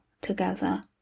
together